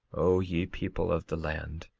o ye people of the land,